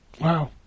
Wow